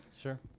sure